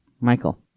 Michael